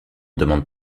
demande